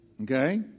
Okay